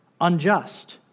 unjust